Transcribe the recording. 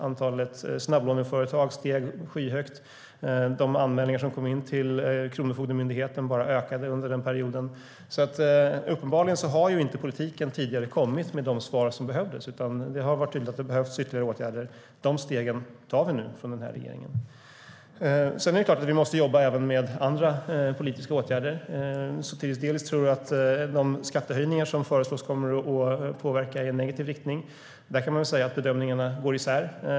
Antalet snabblåneföretag steg skyhögt. Anmälningarna till Kronofogdemyndigheten bara ökade under den perioden. Uppenbarligen har inte politiken tidigare kommit med de svar som behövts. Det har varit tydligt att det behövs ytterligare åtgärder. De stegen tar vi nu från den här regeringen. Sedan är det klart att vi även måste jobba med andra politiska åtgärder. Sotiris Delis tror att de skattehöjningar som föreslås kommer att påverka i negativ riktning. Där kan man väl säga att bedömningarna går isär.